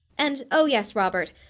and oh, yes, robert,